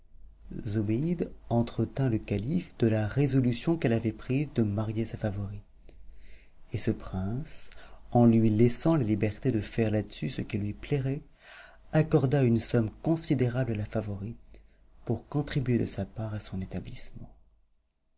zobéide entretint le calife de la résolution qu'elle avait prise de marier sa favorite et ce prince en lui laissant la liberté de faire là-dessus ce qui lui plairait accorda une somme considérable à la favorite pour contribuer de sa part à son établissement